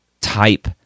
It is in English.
type